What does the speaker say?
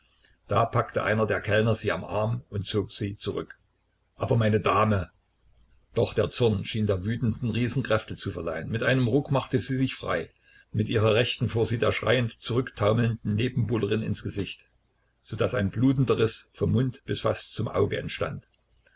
da packte einer der kellner sie am arm und zog sie zurück aber meine dame doch der zorn schien der wütenden riesenkräfte zu verleihen mit einem ruck machte sie sich frei mit ihrer rechten fuhr sie der schreiend zurücktaumelnden nebenbuhlerin ins gesicht so daß ein blutender riß vom mund fast bis zum auge entstand